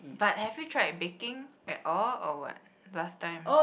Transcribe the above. but have you tried baking at all or what last time